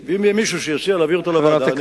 אם יהיה מישהו שיציע להעביר אותה לוועדה, נראה.